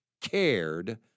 cared